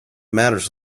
matters